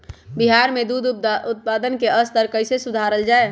बिहार में दूध उत्पादन के स्तर कइसे सुधारल जाय